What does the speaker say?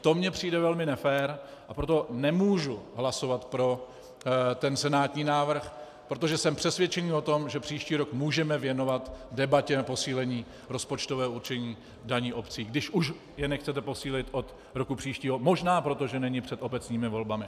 To mi přijde velmi nefér, a proto nemůžu hlasovat pro senátní návrh, protože jsem přesvědčen o tom, že příští rok můžeme věnovat debatě na posílení rozpočtového určení daní obcí, když už je nechcete posílit od roku příštího, možná proto, že není před obecními volbami.